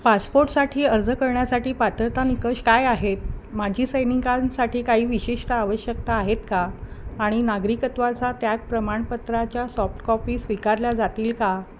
पासपोर्टसाठी अर्ज करण्यासाठी पात्रता निकष काय आहेत माजी सैनिकांसाठी काही विशिष्ट आवश्यकता आहेत का आणि नागरिकत्वाचा त्याग प्रमाणपत्राच्या सॉफ्टकॉपी स्वीकारल्या जातील का